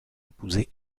épouser